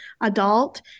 adult